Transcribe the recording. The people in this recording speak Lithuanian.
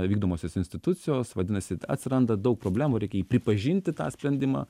vykdomosios institucijos vadinasi atsiranda daug problemų reikia jį pripažinti tą sprendimą